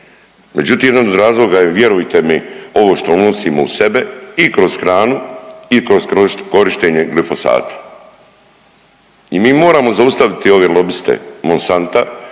Međutim, jedan od razloga je vjerujte mi ovo što unosimo u sebe i kroz hranu i kroz korištenje glifosata. I mi moramo zaustaviti ove lobiste Monsanta